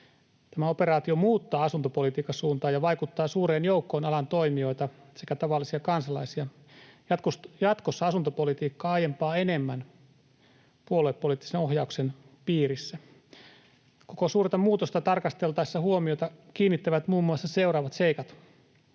Tämä operaatio muuttaa asuntopolitiikan suuntaa ja vaikuttaa suureen joukkoon alan toimijoita sekä tavallisia kansalaisia. Jatkossa asuntopolitiikka on aiempaa enemmän puoluepoliittisen ohjauksen piirissä. Koko suurta muutosta tarkasteltaessa huomiota kiinnittävät muun muassa seuraavat seikat: